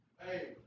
Hey